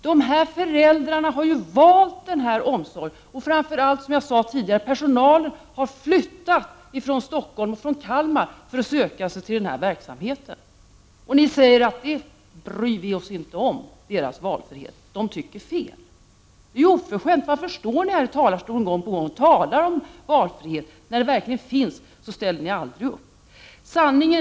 De här föräldrarna har ju valt denna omsorg, och personalen har flyttat från Stockholm och Kalmar för att söka sig till verksamheten. Ni säger att ni inte bryr er om deras valfrihet — ”de tycker fel”. Det är oförskämt! Varför står ni här i talarstolen och talar om valfrihet gång på gång?